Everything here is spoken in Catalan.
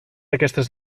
aquestes